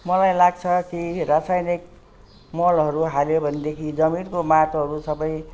मलाई लाग्छ कि रासायनिक मलहरू हाल्यो भनेदेखि जमिनको माटोहरू सब